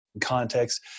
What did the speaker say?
context